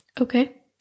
Okay